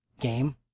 game